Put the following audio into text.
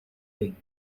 ding